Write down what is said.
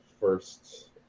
first